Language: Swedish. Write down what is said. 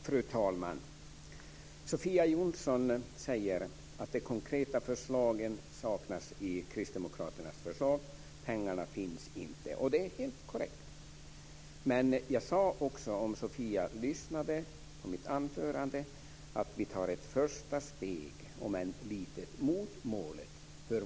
Fru talman! Sofia Jonsson säger att de konkreta förslagen saknas från kristdemokraterna. Pengarna finns inte. Det är helt korrekt. Men jag sade också, som Sofia Jonsson hade hört om hon hade lyssnat på mitt anförande, att vi tar ett första steg, om än litet, mot målet.